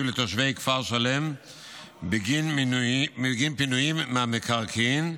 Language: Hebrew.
לתושבי כפר שלם בגין פינויים מהמקרקעין,